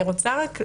אני רוצה רק להדגיש,